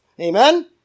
Amen